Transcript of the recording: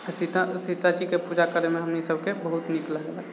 सीता सीताजीके पूजा करैमे हमनि सभके बहुत नीक लागेला